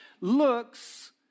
looks